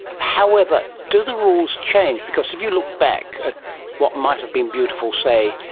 however, do the rules change? because if you look back at what might have been beautiful, say,